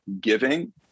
giving